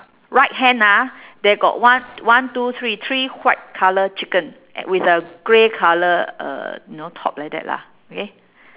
right hand ah there got one one two three three white colour chicken with a grey colour uh you know top like that lah okay